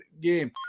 game